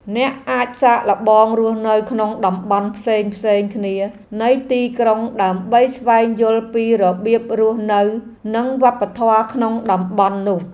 អ្នកអាចសាកល្បងរស់នៅក្នុងតំបន់ផ្សេងៗគ្នានៃទីក្រុងដើម្បីស្វែងយល់ពីរបៀបរស់នៅនិងវប្បធម៌ក្នុងតំបន់នោះ។